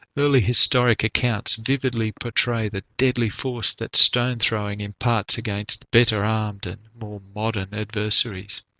early historic accounts vividly portray the deadly force that stone throwing imparts against better armed and more modern adversaries.